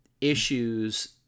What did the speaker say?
issues